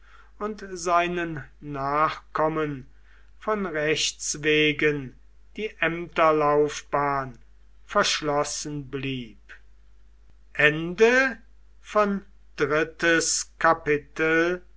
und seinen nachkommen von rechts wegen die ämterlaufbahn verschlossen blieb